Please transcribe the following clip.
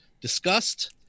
discussed